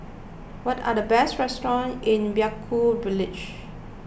what are the best restaurants in Vaiaku Village